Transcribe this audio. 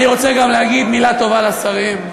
אני רוצה גם להגיד מילה טובה לשרים.